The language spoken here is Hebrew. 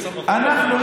אנחנו,